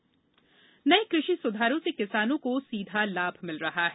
कृषि संधार बाइट नए कृषि स्धारों से किसानों को सीधा लाभ मिल रहा है